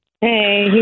Hey